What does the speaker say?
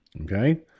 Okay